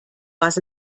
was